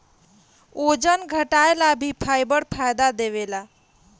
ओजन घटाएला भी फाइबर फायदा देवेला